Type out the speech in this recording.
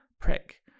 prick